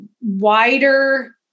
wider